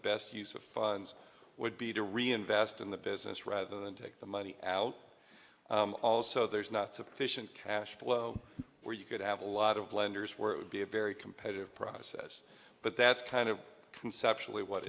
best use of funds would be to reinvest in the business rather than take the money out also there's not sufficient cash flow where you could have a lot of lenders where it would be a very competitive process but that's kind of conceptually what